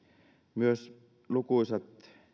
myös lukuisat